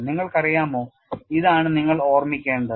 നിങ്ങൾക്കറിയാമോ ഇതാണ് നിങ്ങൾ ഓർമ്മിക്കേണ്ടത്